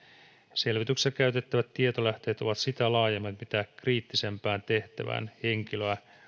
selvityksessä käytettävät tietolähteet ovat sitä laajemmat mitä kriittisempään tehtävään henkilöä